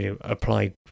apply